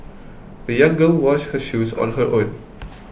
the young girl washed her shoes on her own